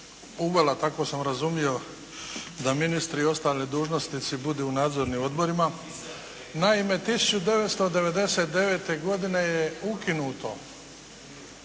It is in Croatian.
uvela tako sam razumio, da ministri i ostali dužnosnici budu u nadzornim odborima. Naime 1999. godine je ukinuto